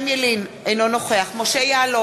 אני קראתי בשמך, אמרת שאתה לא משתתף.